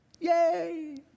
Yay